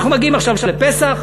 אנחנו מגיעים עכשיו לפסח,